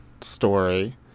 story